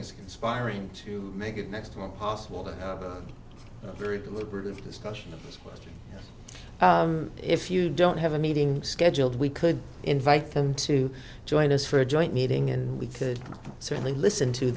is conspiring to make it next to impossible that very deliberative discussion of this question if you don't have a meeting scheduled we could invite them to join us for a joint meeting and we could certainly listen to